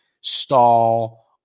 stall